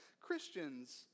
Christians